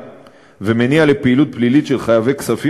ומניע לפעילות פלילית של חייבי כספים,